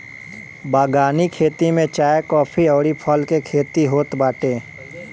बगानी खेती में चाय, काफी अउरी फल के खेती होत बाटे